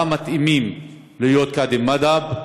עשרה המתאימים להיות קאדי מד'הב,